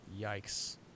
Yikes